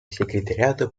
секретариата